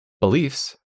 beliefs